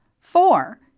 Four